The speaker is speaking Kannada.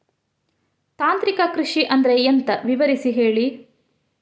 ತಾಂತ್ರಿಕ ಕೃಷಿ ಅಂದ್ರೆ ಎಂತ ವಿವರಿಸಿ ಹೇಳಿ